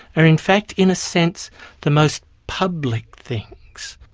are in fact in a sense the most public things.